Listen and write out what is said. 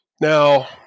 Now